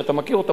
ואתה מכיר אותן,